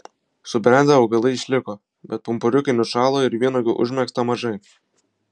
subrendę augalai išliko bet pumpuriukai nušalo ir vynuogių užmegzta mažai